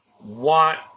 want